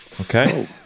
okay